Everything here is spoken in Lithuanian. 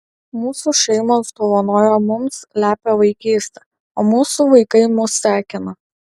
mūsų šeimos dovanojo mums lepią vaikystę o mūsų vaikai mus sekina